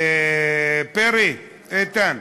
פרי, איתן,